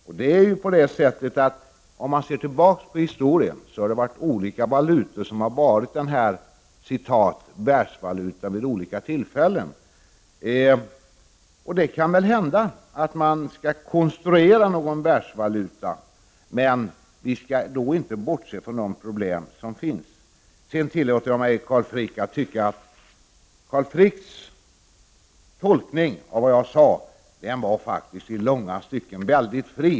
Om man ser tillbaka på historien kan man konstatera att det har varit olika valutor som varit ”världsvaluta” vid olika tillfällen. Det kan hända att man skall konstruera en världsvaluta, men vi skall då inte bortse från de problem som det skapar. Sedan tillåter jag mig att till Carl Frick säga att jag tycker att hans tolkning av vad jag sade faktiskt i långa stycken var väldigt fri.